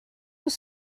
was